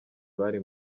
bari